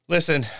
Listen